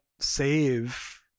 save